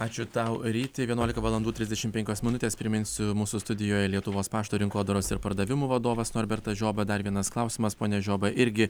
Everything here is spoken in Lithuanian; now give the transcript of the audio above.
ačiū tau ryti vienuolika valandų trisdešim penkios minutės priminsiu mūsų studijoje lietuvos pašto rinkodaros ir pardavimų vadovas norbertas žioba dar vienas klausimas pone žioba irgi